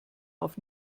auf